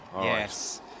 Yes